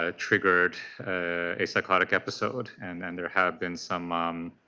ah triggered a psychotic episode. and and there had been some um